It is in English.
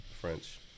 French